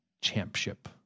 Championship